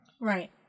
Right